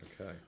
Okay